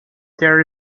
there